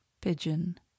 Pigeon